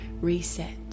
reset